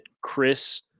Chris